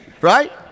right